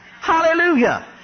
Hallelujah